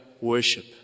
worship